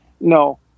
No